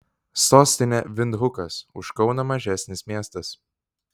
sostinė vindhukas už kauną mažesnis miestas